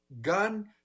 gun